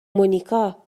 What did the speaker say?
مونیکا